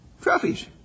Trophies